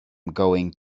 going